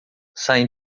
saem